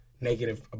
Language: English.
negative